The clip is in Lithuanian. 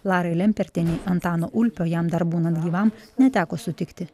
larai lempertienei antano ulpio jam dar būnant gyvam neteko sutikti